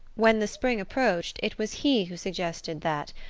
when the spring approached it was he who suggested that,